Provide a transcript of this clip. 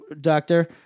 doctor